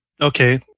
Okay